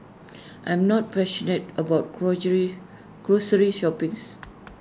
I am not passionate about grocery shopping's